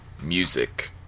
music